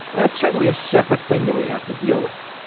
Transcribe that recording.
that's certainly a separate thing that we have to deal with.